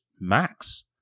max